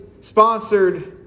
sponsored